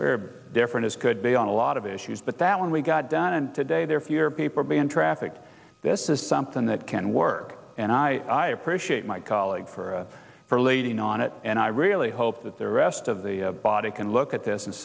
are differences could be on a lot of issues but that when we got done and today there are fewer paper being trafficked this is something that can work and i i appreciate my colleagues for for leading on it and i really hope that the rest of the body can look at this and